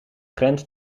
grens